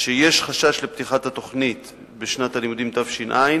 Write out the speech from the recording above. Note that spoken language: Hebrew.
שיש חשש לפתיחת הלימודים בשנת תש"ע,